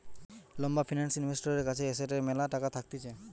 লম্বা ফিন্যান্স ইনভেস্টরের কাছে এসেটের ম্যালা টাকা থাকতিছে